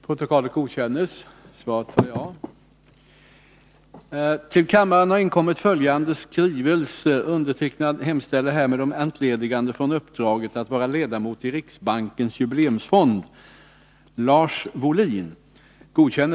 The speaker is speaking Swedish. departementet att tillkalla en särskild utredare för utredning om annonsbladen och dagspressen. Den utveckling som skett vad gäller annonsbladens förekomst och utformning på senare tid innebär att nuvarande regler för presstödet i flera avseenden är svåra att tillämpa. Förändringar i presstödet av det slag som anges i direktiven bör dock lämpligen beredas på det sätt som varit normalt, nämligen i form av en parlamentarisk utredning.